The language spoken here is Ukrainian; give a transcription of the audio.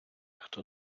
хто